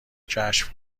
کشف